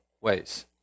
ways